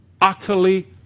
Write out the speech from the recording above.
utterly